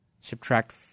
subtract